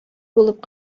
булып